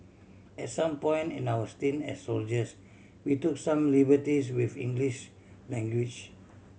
at some point in our stint as soldiers we took some liberties with English language